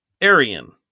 Arian